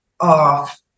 off